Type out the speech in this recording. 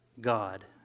God